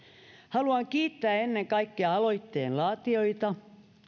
haluan kiittää ennen kaikkea aloitteen laatijoita